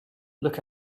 look